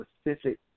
specific